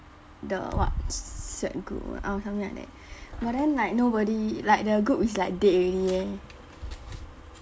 the whatsapp group or something like that but then like nobody like the group is like dead already eh